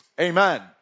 Amen